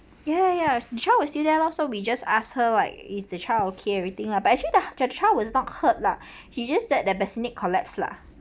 ya ya ya she sure will still there loh so we just ask her like is the child okay and everything lah but actually the chi~ child was not hurt lah he just that the bassinet collapsed lah